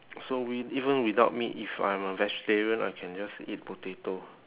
so wi~ even without meat if I'm a vegetarian I can just eat potato